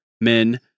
men